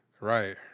Right